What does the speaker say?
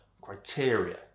criteria